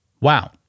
Wow